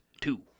two